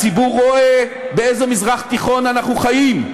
הציבור רואה באיזה מזרח תיכון אנחנו חיים.